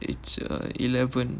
it's uh eleven